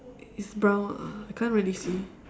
it's brown ah I can't really see